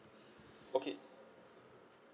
okay